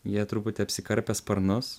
jie truputį apsikarpė sparnus